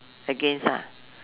against ah